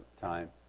time